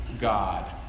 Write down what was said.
God